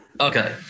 okay